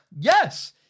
Yes